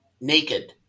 Naked